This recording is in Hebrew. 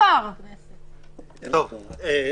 אין בעיה